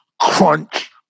crunch